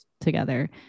together